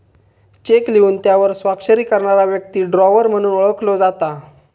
check लिहून त्यावर स्वाक्षरी करणारा व्यक्ती ड्रॉवर म्हणून ओळखलो जाता